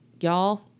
Y'all